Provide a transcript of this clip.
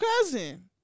cousin